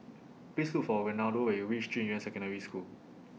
Please Look For Renaldo when YOU REACH Junyuan Secondary School